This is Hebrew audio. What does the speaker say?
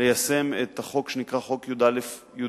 ליישם את החוק שנקרא חוק י"א-י"ב.